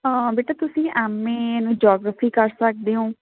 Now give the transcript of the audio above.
ਹਾਂ ਬੇਟਾ ਤੁਸੀਂ ਐੱਮ ਏ ਨੂੰ ਜੋਗ੍ਰਾਫੀ ਕਰ ਸਕਦੇ ਓਂ